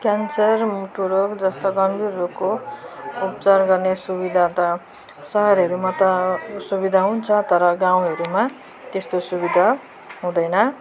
cancer मुटु रोग जस्तो गम्भिर रोगको उपचार गर्ने सुविधा त सहरहरूमा त सुविधा हुन्छ तर गाउँहरूमा त्यस्तो सुविधा हुँदैन